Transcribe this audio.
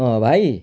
भाइ